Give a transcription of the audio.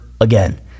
again